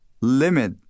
limit